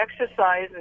exercise